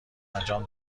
انجام